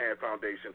Foundation